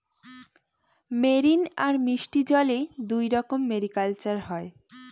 marine আর মিষ্টি জলে দুইরকম মেরিকালচার হয়